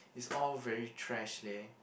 it's all very thrash leh